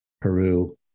Peru